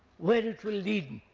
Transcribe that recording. where it will lead